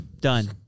Done